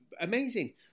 amazing